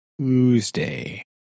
Tuesday